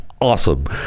awesome